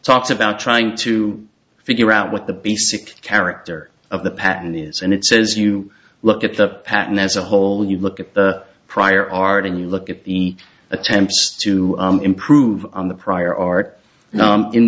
talks about trying to figure out what the basic character of the patent is and it says you look at the patent as a whole you look at the prior art and you look at the attempts to improve on the prior